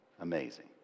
amazing